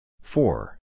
Four